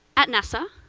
at nasa,